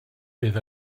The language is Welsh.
bydd